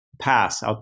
Pass